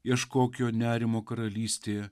ieškok jo nerimo karalystėje